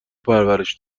پرورش